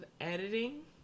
editing